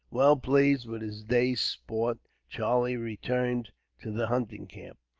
well pleased with his day's sport, charlie returned to the hunting camp.